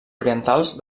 orientals